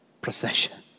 procession